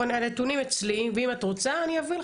הנתונים אצלי, ואם את רוצה אני אביא לך.